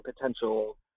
potential